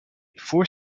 before